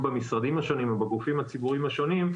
במשרדים השונים או בגופים הציבוריים השונים,